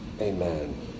amen